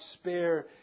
spare